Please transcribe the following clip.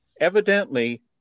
evidently